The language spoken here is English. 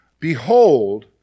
Behold